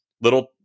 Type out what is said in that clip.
little